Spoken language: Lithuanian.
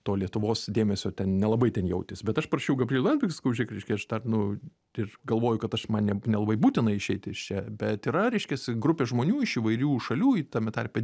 to lietuvos dėmesio ten nelabai ten jautėsi bet aš parašiau gabrieliui landsbergiui sakau žiūrėk reiškia aš dar nu ir galvoju kad aš man nelabai būtina išeiti iš čia bet yra reiškiasi grupė žmonių iš įvairių šalių tame tarpe